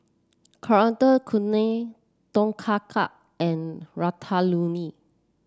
Coriander Chutney Tom Kha Gai and Ratatouille